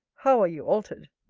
how are you altered.